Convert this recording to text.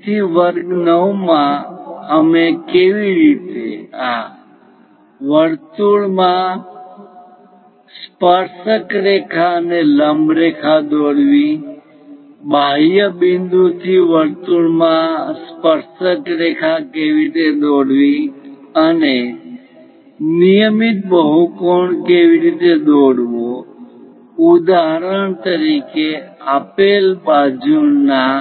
તેથી વર્ગ 9 માં અમે કેવી રીતે આહ વર્તુળ માં સ્પર્શક રેખા અને લંબ રેખા દોરવી બાહ્ય બિંદુથી વર્તુળ માં સ્પર્શક રેખા કેવી રીતે દોરવી અને નિયમિત બહુકોણ કેવી રીતે દોરવો ઉદાહરણ તરીકે આપેલ બાજુના